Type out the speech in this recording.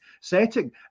setting